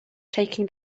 taking